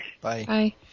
Bye